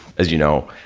as you know,